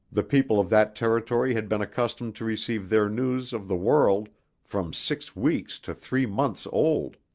the people of that territory had been accustomed to receive their news of the world from six weeks to three months old.